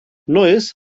neues